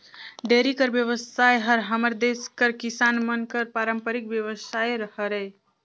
dairy कर बेवसाय हर हमर देस कर किसान मन कर पारंपरिक बेवसाय हरय